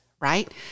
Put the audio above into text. right